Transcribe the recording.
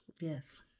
Yes